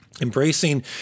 Embracing